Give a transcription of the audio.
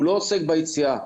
הוא לא עוסק ביציאה.